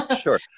sure